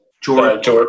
George